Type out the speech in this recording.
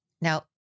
Now